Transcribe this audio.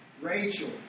Rachel